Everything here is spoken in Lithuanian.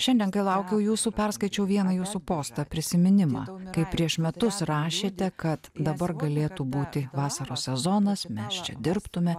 šiandien kai laukiau jūsų perskaičiau vieną jūsų postą prisiminimą kaip prieš metus rašėte kad dabar galėtų būti vasaros sezonas mes čia dirbtume